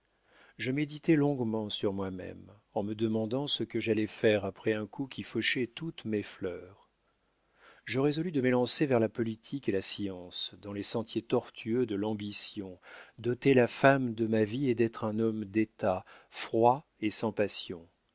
je méditai longuement sur moi-même en me demandant ce que j'allais faire après un coup qui fauchait toutes mes fleurs je résolus de m'élancer vers la politique et la science dans les sentiers tortueux de l'ambition d'ôter la femme de ma vie et d'être un homme d'état froid et sans passions